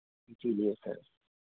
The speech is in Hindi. इसीलिए सर